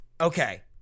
Okay